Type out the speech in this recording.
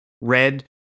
Red